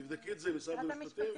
תבדקי את זה עם משרד המשפטים.